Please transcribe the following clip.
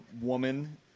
woman